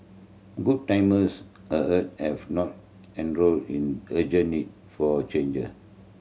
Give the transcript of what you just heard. good times ahead have not eroded in urgent need for change